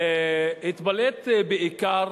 התבלט בעיקר